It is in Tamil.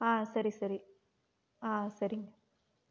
ஆ சரி சரி ஆ சரிங்க